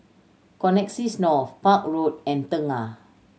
Connexis North Park Road and Tengah